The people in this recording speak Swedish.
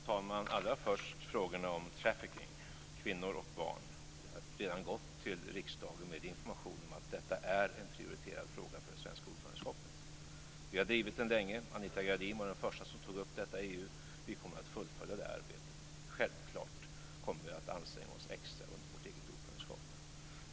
Fru talman! Allra först handlar det om frågorna om trafficking, om kvinnor och barn. Vi har redan gått till riksdagen med information om att detta är en prioriterad fråga för det svenska ordförandeskapet. Vi har länge drivit den. Anita Gradin var den första som tog upp detta i EU. Vi kommer att fullfölja det här arbetet och självklart kommer vi att anstränga oss extra under vårt eget ordförandeskap.